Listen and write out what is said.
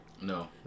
No